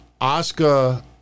Oscar